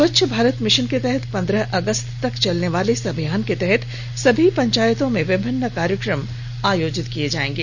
स्वस्छ Bharat mission के तहत पंद्रह अगस्त तक चलने वाले इस अभियान के तहत सभी पंचायतों में विभिन्न कार्यक्रम आयोजित किए जाएंगे